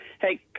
Hey